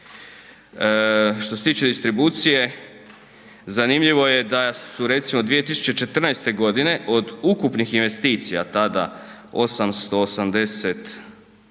Što se tiče distribucije, zanimljivo je da su, recimo, 2014. godine od ukupnih investicija, tada 880